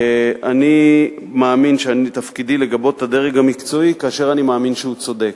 אני מאמין שתפקידי לגבות את הדרג המקצועי כאשר אני מאמין שהוא צודק,